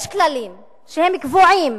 יש כללים שהם קבועים,